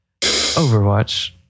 Overwatch